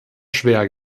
schwer